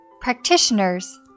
Practitioners